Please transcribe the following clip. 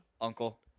Uncle